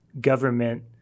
government